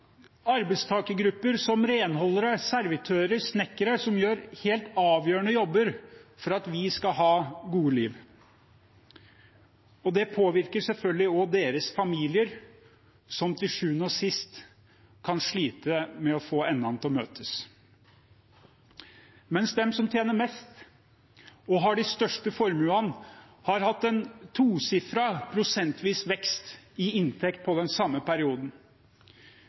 arbeidstakergrupper som renholdere, servitører, snekkere, som gjør helt avgjørende jobber for at vi skal ha gode liv. Det påvirker selvfølgelig også deres familier, som til sjuende og sist kan slite med å få endene til å møtes. Imens har de som tjener mest, og har de største formuene, hatt en tosifret prosentvis vekst i inntekt i den samme perioden.